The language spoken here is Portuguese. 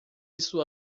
isso